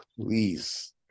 please